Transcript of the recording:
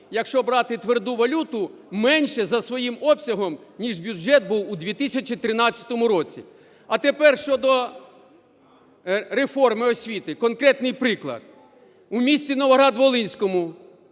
якщо брати тверду валюту, менше за своїм обсягом, ніж бюджет був у 2013 році. А тепер щодо реформи освіти конкретний приклад: у місті Новоград-Волинському